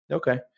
okay